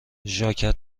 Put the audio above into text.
ژاکت